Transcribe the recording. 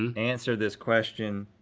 and answered this question,